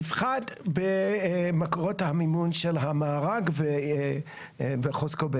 יפחת במקורות המימון של המארג וחוזקו.